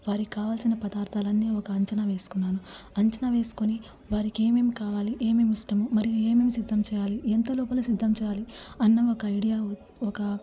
వారికి కావలసిన పదార్దాలు అన్నీ ఒక అంచనా వేసుకున్నాను అంచనా వేసుకుని వారికి ఏమేమీ కావాలి ఏమేమి ఇష్టము మరియు ఏమేమి సిద్ధం చేయాలి ఎంత లోపల సిద్ధం చేయాలి అన్న ఒక ఐడియా ఒక